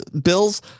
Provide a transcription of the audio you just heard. bills